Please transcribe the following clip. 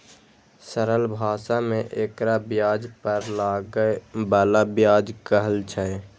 सरल भाषा मे एकरा ब्याज पर लागै बला ब्याज कहल छै